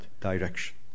direction